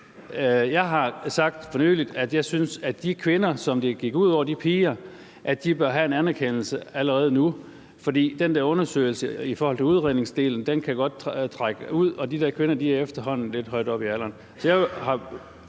Jeg har sagt for nylig, at jeg synes, at de kvinder, de piger, som det gik ud over, bør have en anerkendelse allerede nu, fordi den der undersøgelse i forhold til udredningsdelen godt kan trække ud, og de her kvinder er efterhånden lidt højt oppe i alderen.